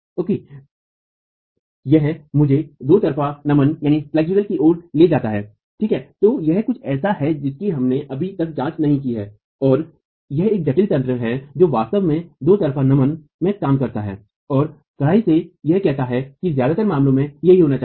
okay यह मुझे दो तरफ़ा नमन की ओर ले जाता है ठीक है और यह कुछ ऐसा है जिसकी हमने अभी तक जाँच नहीं की है और यह एक जटिल तंत्र है जो वास्तव में दो तरफ़ा नमन में काम करता है और कड़ाई से यह कहता है कि ज्यादातर मामलों में यही होना चाहिए